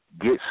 Get